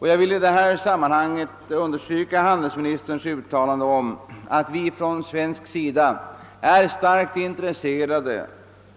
Jag vill i detta sammanhang understryka handelsministerns uttalande om att vi från svensk sida är starkt intresserade